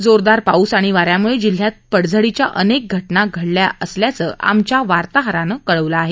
जोरदार पाऊस आणि वाऱ्यामुळे जिल्ह्यात पडझडीच्या अनेक घटना घडल्या असं आमच्या वार्ताहरानं कळवलं आहे